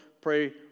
pray